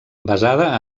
basada